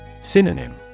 Synonym